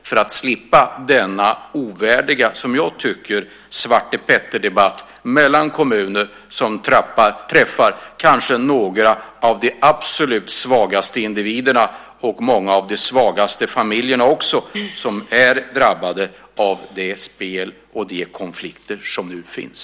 Då skulle vi slippa denna, som jag tycker, ovärdiga svartepetterdebatt mellan kommunerna, vilket ju drabbar några av de absolut svagaste individerna och de svagaste familjerna, alltså dem som nu är drabbade av det spel och de konflikter som finns?